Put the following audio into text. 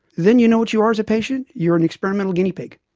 then you know what you are as a patient? you're an experimental guinea pig.